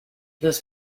los